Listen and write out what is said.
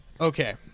Okay